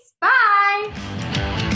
bye